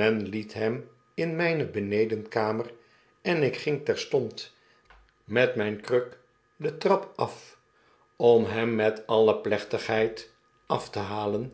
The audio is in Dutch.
men liet hem in eene benedenkamer en ik gin'g terstond met myne kruk de trap af om hem met alle plechtigheid af te halen